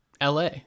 la